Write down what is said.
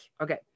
Okay